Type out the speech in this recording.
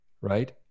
right